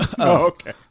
okay